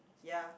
ya